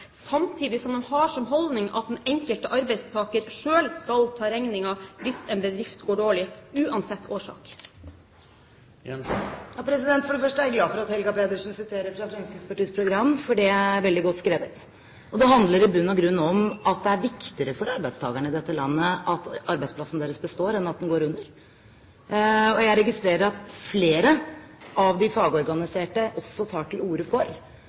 samtidig som de har den holdning at den enkelte arbeidstaker selv skal ta regningen hvis en bedrift går dårlig, uansett årsak? For det første er jeg glad for at Helga Pedersen siterer fra Fremskrittspartiets program, for det er veldig godt skrevet. Det handler i bunn og grunn om at det er viktigere for arbeidstakerne i dette landet at arbeidsplassen deres består enn at den går under. Jeg registrerer at flere av de fagorganiserte også tar til orde for